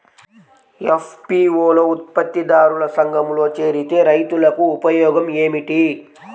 FPO ఉత్పత్తి దారుల సంఘములో చేరితే రైతులకు ఉపయోగము ఏమిటి?